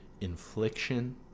infliction